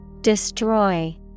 Destroy